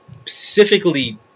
specifically